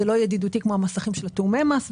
זה לא ידידותי כמו המסכים של תיאומי המס,